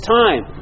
time